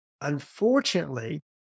unfortunately